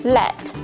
Let